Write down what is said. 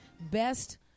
best